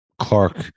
Clark